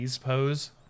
pose